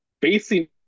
facing